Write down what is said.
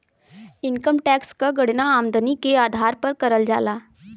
income tax क गणना आमदनी के आधार पर करल जाला